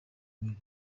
mubiri